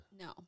no